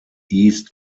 east